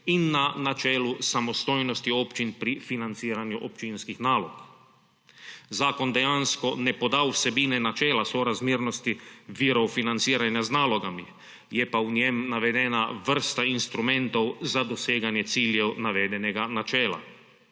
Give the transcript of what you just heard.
in na načelo samostojnosti občin pri financiranju občinskih nalog. Zakon dejansko ne poda vsebine načela sorazmernosti virov financiranja z nalogami, je pa v njem navedena vrsta instrumentov za doseganje ciljev navedenega načela.